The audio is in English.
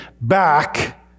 back